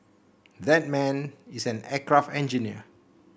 that man is an aircraft engineer